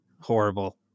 horrible